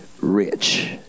rich